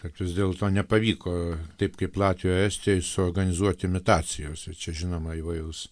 kad vis dėlto nepavyko taip kaip latvijoj estijoj suorganizuot imitacijos ir čia žinoma įvairūs